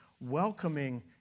welcoming